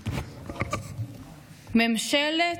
ממשלת